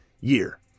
year